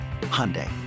Hyundai